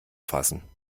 fassen